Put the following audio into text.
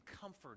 comfort